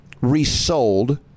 resold